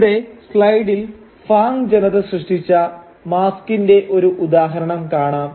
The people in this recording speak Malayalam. ഇവിടെ സ്ലൈഡിൽ ഫാങ് ജനത സൃഷ്ടിച്ച മാസ്കിന്റെ ഒരു ഉദാഹരണം കാണാം